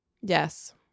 yes